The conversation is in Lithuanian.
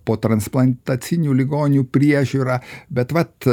potransplantaciniu ligonių priežiūra bet vat